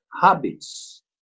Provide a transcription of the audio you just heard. habits